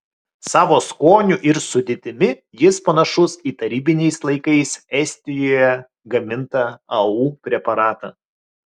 savo skoniu ir sudėtimi jis panašus į tarybiniais laikais estijoje gamintą au preparatą